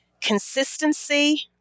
Consistency